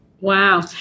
wow